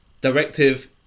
directive